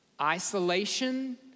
Isolation